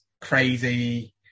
crazy